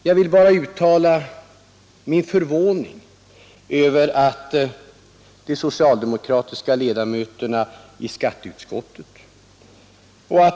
Jag vill bara uttala min förvåning över de socialdemokratiska ledamöternas ställningstagande i skatteutskottet.